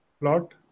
plot